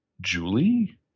Julie